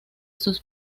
sus